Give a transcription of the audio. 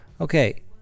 Okay